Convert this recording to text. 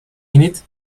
innit